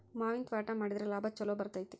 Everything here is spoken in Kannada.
ಮಾವಿನ ತ್ವಾಟಾ ಮಾಡಿದ್ರ ಲಾಭಾ ಛಲೋ ಬರ್ತೈತಿ